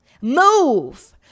Move